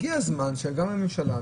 הגיע הזמן שגם הממשלה,